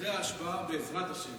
אחרי ההשבעה, בעזרת השם.